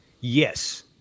Yes